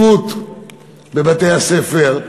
הצפיפות בבתי-הספר,